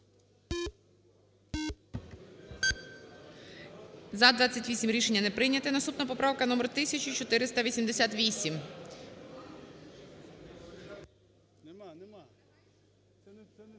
За-28 Рішення не прийнято. Наступна поправка номер 1488.